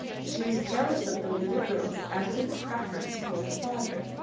she was jealous of the little girl's evident preference for the father,